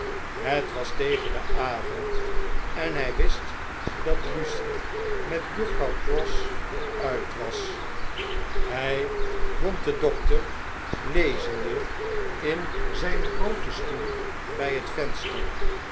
het was tegen den avond en hjj wist dat lucie met juffrouw pross uit was hj vond den dokter lezende in zijn grooten stoel b j het venster